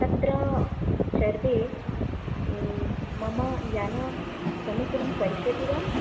तत्र शर्बे मम यानं समीचीनं करिष्यति वा